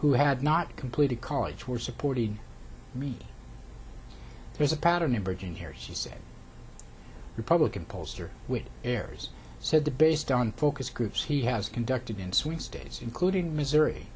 who had not completed college were supporting me there's a pattern emerging here she said republican pollster with errors said the based on focus groups he has conducted in swing states including missouri